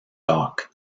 dock